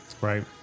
Right